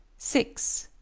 six.